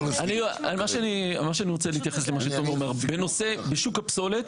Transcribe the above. בשוק הפסולת